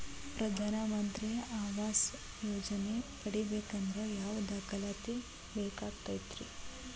ಪ್ರಧಾನ ಮಂತ್ರಿ ಆವಾಸ್ ಯೋಜನೆ ಪಡಿಬೇಕಂದ್ರ ಯಾವ ದಾಖಲಾತಿ ಬೇಕಾಗತೈತ್ರಿ?